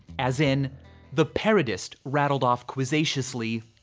as in the paradist rattled off quizzaciously,